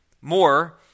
more